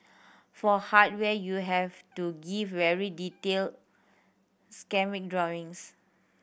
for hardware you have to give very detailed schematic drawings